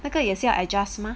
那个也是要 adjust 吗